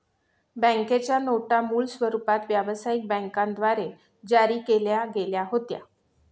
बँकेच्या नोटा मूळ स्वरूपात व्यवसायिक बँकांद्वारे जारी केल्या गेल्या होत्या